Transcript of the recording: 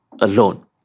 alone